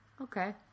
Okay